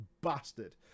Bastard